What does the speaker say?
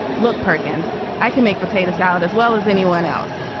look perkins i can make potato salad as well as anyone else.